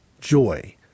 joy